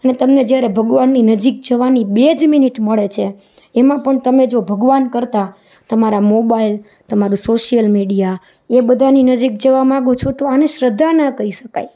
અને તમને જ્યારે ભગવાનની નજીક જવાની બે જ મિનિટ મળે છે એમાં પણ તમે જો ભગવાન કરતાં તમારા મોબાઈલ તમારું સોસિયલ મીડીયા એ બધાંની નજીક જવા માંગો છો તો આને શ્રદ્ધા ન કહી શકાય